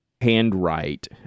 handwrite